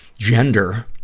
gender,